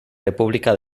república